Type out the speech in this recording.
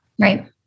Right